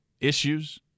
issues